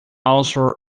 also